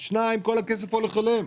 שנית, כל הכסף הולך אליהם.